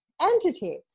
entity